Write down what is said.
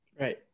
Right